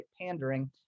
pandering